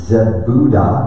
Zebuda